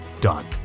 done